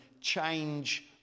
change